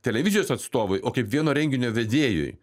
televizijos atstovai o kaip vieno renginio vedėjui